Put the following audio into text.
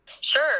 Sure